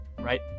right